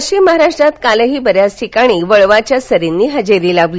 पश्विम महाराष्ट्रात कालही बऱ्याच ठिकाणी वळवाच्या सरींनी हजेरी लावली